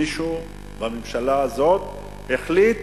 מישהו בממשלה הזאת החליט